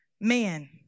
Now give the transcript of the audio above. man